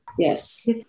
Yes